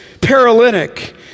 paralytic